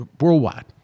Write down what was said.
worldwide